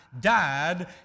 died